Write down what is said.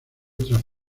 otras